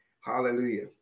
Hallelujah